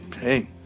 hey